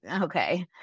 okay